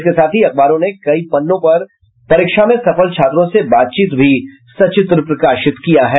इसके साथ ही अखबारों ने कई पन्नों पर परीक्षा में सफल छात्रों से बातचीत भी सचित्र प्रकाशित किया है